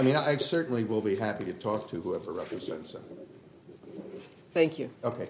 mean i certainly will be happy to talk to whoever represents them thank you ok